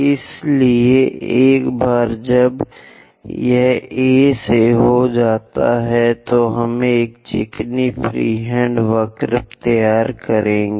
इसलिए एक बार जब यह A से हो जाता है तो हम एक चिकनी फ्रीहैंड वक्र तैयार करेंगे